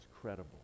credible